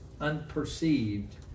unperceived